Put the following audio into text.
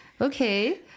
okay